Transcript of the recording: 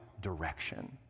direction